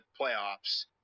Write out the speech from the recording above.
playoffs